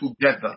together